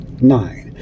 Nine